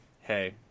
hey